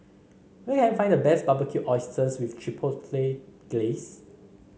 where can I find the best Barbecued Oysters with Chipotle Glaze